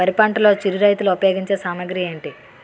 వరి పంటలో చిరు రైతులు ఉపయోగించే సామాగ్రి ఏంటి?